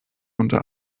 unter